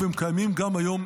והם קיימים גם היום,